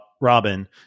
Robin